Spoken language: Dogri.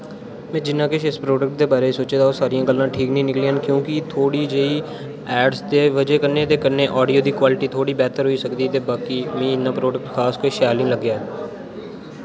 में जिन्ना किश इस प्रोडक्ट दे बारे दा सोचे दा हा ओह् सारियां गल्लां ठीक निं निकलियां क्युंकी थोह्ड़ी जेही एड्स दे वजहा कन्नै ते कन्नै आडियो दी क्वालिटी थोह्ड़ी बेहतर होई सकदी ते बाकी मी इन्ना प्रोडक्ट खास कोई शैल निं लग्गेया